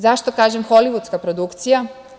Zašto kažem holivudska produkcija?